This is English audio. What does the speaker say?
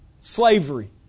Slavery